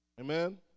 Amen